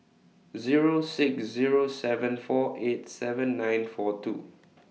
Zero six Zero seven four eight seven nine four two